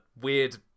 weird